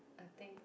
I think